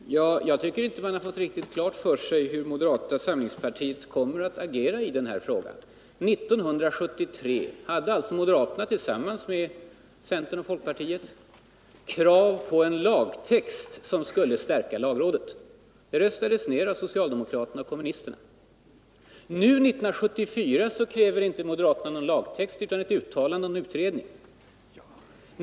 Herr talman! Jag tycker inte att man har fått riktigt klart för sig hur moderata samlingspartiet kommer att agera i den här frågan. År 1973 hade alltså moderaterna tillsammans med centern och folkpartiet krav på en lagtext som skulle stärka lagrådet. Det röstades ned av socialdemokraterna och kommunisterna. Nu, 1974, kräver inte moderaterna någon lagtext utan ett uttalande och en utredning.